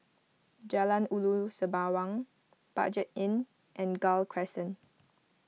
Jalan Ulu Sembawang Budget Inn and Gul Crescent